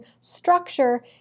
structure